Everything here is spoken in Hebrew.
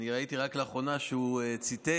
ראיתי רק לאחרונה שהוא ציטט